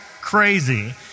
crazy